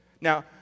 Now